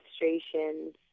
demonstrations